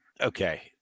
okay